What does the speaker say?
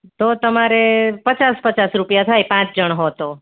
તો તમારે પચાસ પચાસ રૂપિયા થાય પાંચ જણ હો તો